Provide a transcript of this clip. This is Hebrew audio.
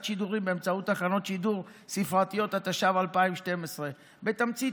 שידורים באמצעות תחנות שידור ספרתיות התשע"ו 2012. בתמצית,